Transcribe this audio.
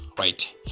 Right